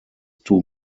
two